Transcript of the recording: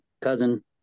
cousin